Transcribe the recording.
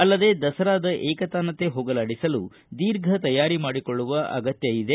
ಅಲ್ಲದೇ ದಸರಾದ ಏಕತಾನತೆ ಹೋಗಲಾಡಿಸಲು ದೀರ್ಘ ತಯಾರಿ ಮಾಡಿಕೊಳ್ಳುವ ಅಗತ್ಯ ಇದೆ